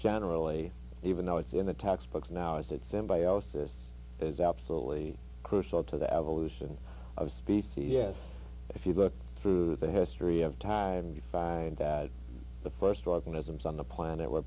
generally even though it's in the textbooks now is that symbiosis is absolutely crucial to the evolution of species yet if you look through the history of time you find that the st organisms on the planet were